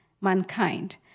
mankind